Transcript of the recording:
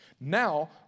Now